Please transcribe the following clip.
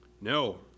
No